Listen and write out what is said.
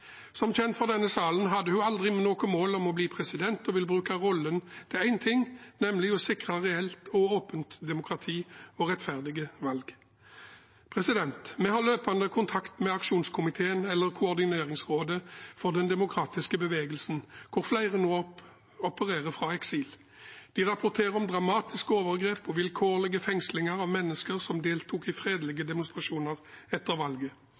Som kjent for denne salen hadde hun aldri noe mål om å bli president, og hun vil bruke rollen til én ting, nemlig å sikre et reell og åpent demokrati og rettferdige valg. Vi har løpende kontakt med aksjonskomiteen, eller koordineringsrådet, for den demokratiske bevegelsen, hvor flere nå opererer fra eksil. De rapporterer om dramatiske overgrep og vilkårlige fengslinger av mennesker som deltok i fredelige demonstrasjoner etter valget.